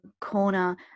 corner